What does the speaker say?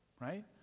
right